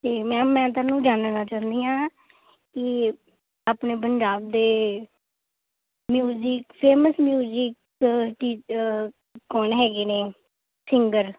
ਅਤੇ ਮੈਮ ਮੈਂ ਤੈਨੂੰ ਜਾਣ ਲੈਣਾ ਚਾਹੁੰਦੀ ਹਾਂ ਕਿ ਆਪਣੇ ਪੰਜਾਬ ਦੇ ਮਿਊਜਿਕ ਫੇਮਸ ਮਿਊਜਿਕ ਕੀ ਕੌਣ ਹੈਗੇ ਨੇ ਸਿੰਗਰ